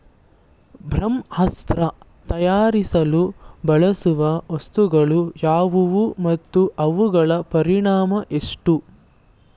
ಬ್ರಹ್ಮಾಸ್ತ್ರ ತಯಾರಿಸಲು ಬಳಸುವ ವಸ್ತುಗಳು ಯಾವುವು ಮತ್ತು ಅವುಗಳ ಪ್ರಮಾಣ ಎಷ್ಟು?